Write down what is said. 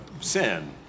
sin